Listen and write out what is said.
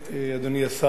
אדוני השר,